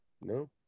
no